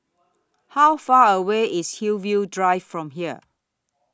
How Far away IS Hillview Drive from here